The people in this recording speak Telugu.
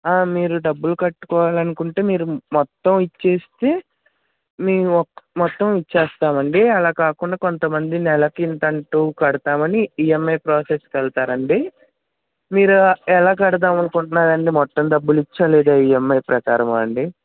మీరు డబ్బులు కట్టుకోవాలనుకుంటే మీరు మొత్తం ఇచ్చేస్తే మీ ఓ మొత్తం ఇచ్చేస్తామండి అలా కాకుండా కొంతమంది నెలకింత అంటు కడతామని ఈఎమ్ఐ ప్రోసెస్కి వెళ్తారండి మీరు ఎలా కడదామనుకుంటున్నారండి మొత్తం డబ్బులిచ్చా లేదా ఈఎమ్ఐ ప్రకారమా అండి